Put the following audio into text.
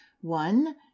one